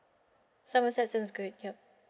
somerset sounds good yup